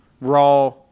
Raw